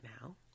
now